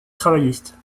travailliste